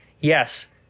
yes